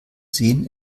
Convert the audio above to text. sehen